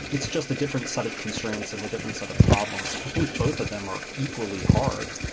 it's just different set of constraints and a different set of problems. i think both of them are equally hard.